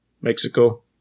Mexico